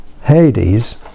Hades